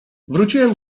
wróciłem